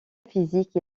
physique